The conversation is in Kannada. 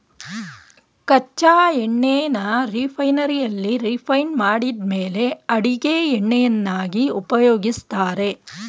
ಕಚ್ಚಾ ಎಣ್ಣೆನ ರಿಫೈನರಿಯಲ್ಲಿ ರಿಫೈಂಡ್ ಮಾಡಿದ್ಮೇಲೆ ಅಡಿಗೆ ಎಣ್ಣೆಯನ್ನಾಗಿ ಉಪಯೋಗಿಸ್ತಾರೆ